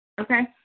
okay